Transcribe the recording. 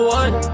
one